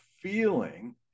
feeling